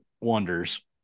wonders